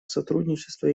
сотрудничество